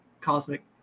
cosmic